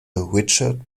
richard